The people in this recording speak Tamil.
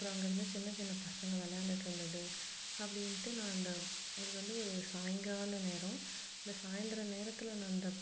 அப்புறம் அங்கே இருந்த சின்ன சின்ன பசங்கள் விளாண்டுட்டு இருந்தது அப்படின்ட்டு நான் அந்த அது வந்து சாயங்கால நேரம் அந்த சாயந்திர நேரத்தில் நான் அந்த